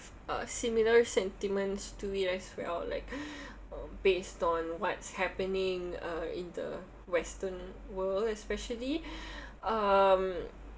uh similar sentiments to me as well like uh based on what's happening uh in the western world especially um